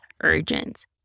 urgent